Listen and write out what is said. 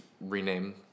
rename